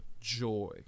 joy